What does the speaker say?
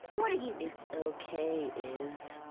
what do you. it's okay izz,